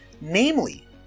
namely